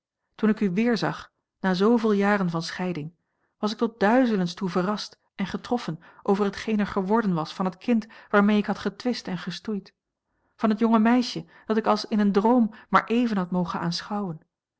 toen ik u weerzag na zooveel jaren van scheiding was ik tot duizelens toe verrast en getroffen over hetgeen er geworden was van het kind waarmee ik had getwist en gestoeid van het jonge meisje dat ik als in een droom maar even had mogen aanschouwen